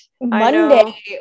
Monday